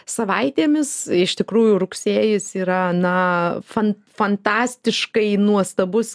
savaitėmis iš tikrųjų rugsėjis yra na fan fantastiškai nuostabus